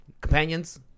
companions